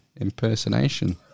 impersonation